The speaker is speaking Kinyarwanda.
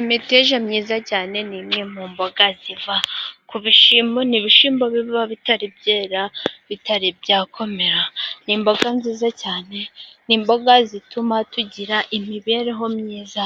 Imiteja myiza cyane ni zimwe mu mboga ziva ku bishyimbo. Ni ibishyimbo biba bitari byera, bitari byakomera. Ni imboga nziza cyane ni imboga zituma tugira imibereho myiza.